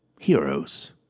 heroes